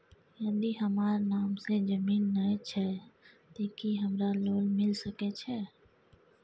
यदि हमर नाम से ज़मीन नय छै ते की हमरा लोन मिल सके छै?